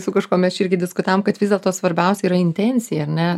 su kažkuo mes čia irgi diskutavom kad vis dėlto svarbiausia yra intencija ar ne